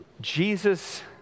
Jesus